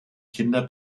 kinder